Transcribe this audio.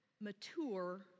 mature